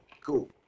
Cool